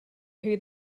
who